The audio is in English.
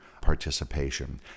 participation